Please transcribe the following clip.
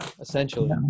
essentially